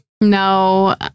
No